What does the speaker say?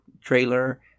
trailer